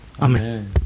Amen